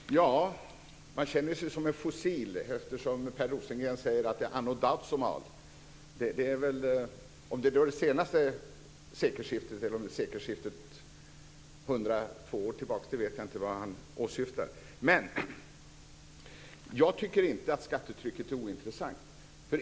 Fru talman! Man känner sig som en fossil eftersom Per Rosengren säger att detta är från anno dazumal. Jag vet inte om han åsyftar det senaste sekelskiftet eller sekelskiftet 102 år tillbaka. Jag tycker inte att skattetrycket är ointressant.